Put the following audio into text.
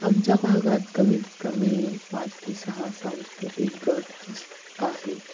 आमच्या भागात कमीतकमी पाच ते सहा सांस्कृतिक गट अस् आहेत